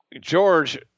George